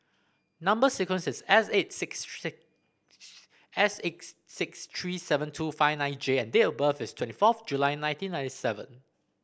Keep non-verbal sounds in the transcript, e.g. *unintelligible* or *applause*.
number sequence is S eight six *unintelligible* S eight six three seven two five nine J and date of birth is twenty fourth July nineteen ninety seven